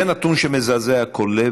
זה נתון שמזעזע כל לב,